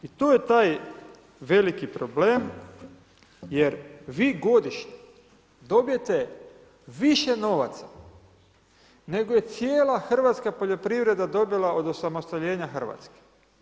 I tu je taj veliki problem, jer vi godišnje dobijete više novaca, nego je cijela hrvatska poljoprivreda dobila od osamostaljenja Hrvatske.